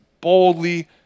boldly